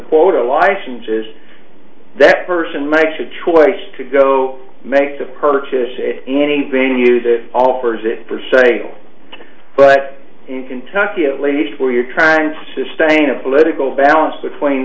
quota licenses that person makes a choice to go make the purchase and any venue that offers it for sale but in kentucky a place where you're trying to sustain a political balance between